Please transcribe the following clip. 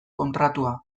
kontratua